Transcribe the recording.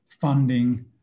funding